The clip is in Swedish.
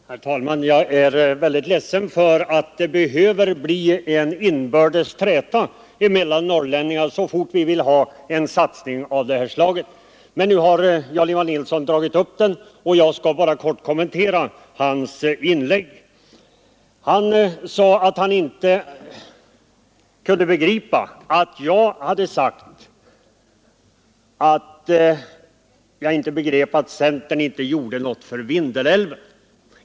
Herr talman! Jag är ledsen för att det behöver bli en inbördes träta mellan norrlänningar så fort vi vill ha en satsning av det här slaget, men nu har herr Nilsson i Tvärålund dragit i gång den, och jag skall bara helt kort kommentera hans inlägg. Herr Nilsson påstod att jag hade sagt att centern inte gjorde något för Vindelälven.